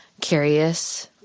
curious